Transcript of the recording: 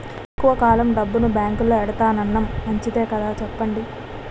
ఎక్కువ కాలం డబ్బును బాంకులో ఎడతన్నాం మంచిదే కదా చెప్పండి